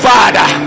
Father